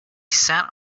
sat